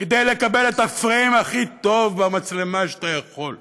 כדי לקבל את הפריים הכי טוב במצלמה שאתה יכול?